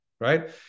right